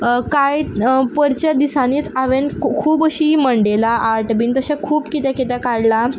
कांय परचेच दिसांनीच हांवें कू खूब अशीं मंडेला आट बीन तशें खूब किदें किदें काडलां